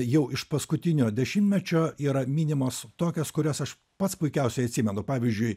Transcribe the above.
jau iš paskutinio dešimtmečio yra minimos tokios kurias aš pats puikiausiai atsimenu pavyzdžiui